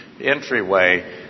entryway